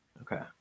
Okay